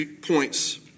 points